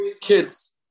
kids